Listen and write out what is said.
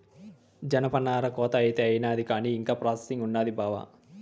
జనపనార కోత అయితే అయినాది కానీ ఇంకా ప్రాసెసింగ్ ఉండాది బావా